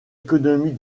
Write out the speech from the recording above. économie